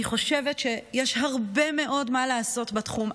אני חושבת שיש הרבה מאוד מה לעשות בתחום.